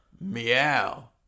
Meow